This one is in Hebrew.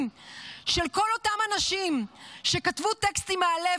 של כל אותם האנשים שכתבו טקסטים מהלב.